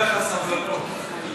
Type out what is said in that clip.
סבלנות.